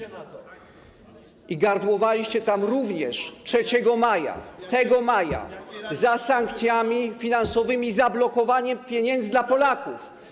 I gardłowaliście tam również 3 maja, tego maja, za sankcjami finansowymi, zablokowaniem pieniędzy dla Polaków.